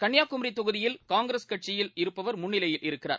கன்னியாகுமரி தொகுதியில் காங்கிரஸ் கட்சியில் இருப்பவர் முன்னிலையில் இருக்கிறார்